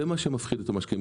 זה מה שמפחיד את המשקיעים.